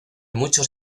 muchos